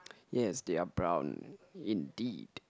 yes they are brown indeed